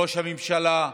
ראש הממשלה,